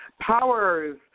Powers